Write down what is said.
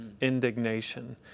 indignation